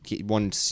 one